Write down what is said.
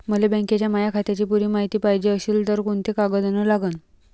मले बँकेच्या माया खात्याची पुरी मायती पायजे अशील तर कुंते कागद अन लागन?